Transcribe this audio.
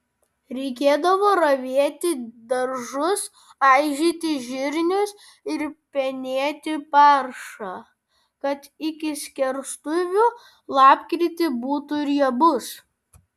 reikėdavo ravėti daržus aižyti žirnius ir penėti paršą kad iki skerstuvių lapkritį būtų riebus